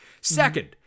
Second